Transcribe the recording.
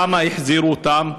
למה החזירו אותם,